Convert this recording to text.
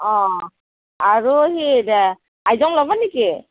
অঁ আৰু সেই আইজং লাগিব নেকি